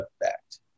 effect